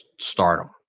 stardom